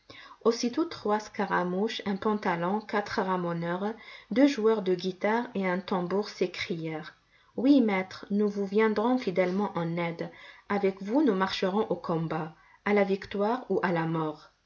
aussitôt trois scaramouches un pantalon quatre ramoneurs deux joueurs de guitare et un tambour s'écrièrent oui maître nous vous viendrons fidèlement en aide avec vous nous marcherons au combat à la victoire ou à la mort